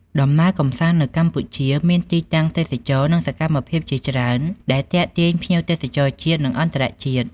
ដំណើរកំសាន្តនៅកម្ពុជា មានទីតាំងទេសចរណ៍និងសកម្មភាពជាច្រើនដែលទាក់ទាញភ្ញៀវទេសចរជាតិ និងអន្តរជាតិ។